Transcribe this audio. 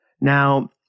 Now